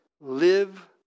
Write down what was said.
Live